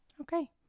okay